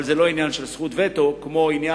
אבל זה לא עניין של זכות וטו, אלא עניין